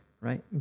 right